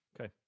Okay